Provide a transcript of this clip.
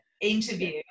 interview